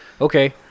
okay